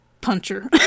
puncher